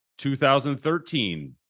2013